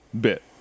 bit